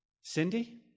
Cindy